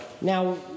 Now